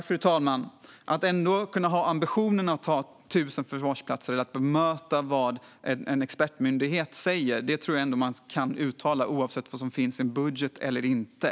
Fru talman! Att ändå ha ambitionen att ha 1 000 förvarsplatser eller att bemöta det som en expertmyndighet säger tror jag går bra oavsett vad som finns eller inte finns i en budget.